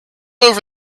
over